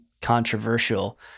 controversial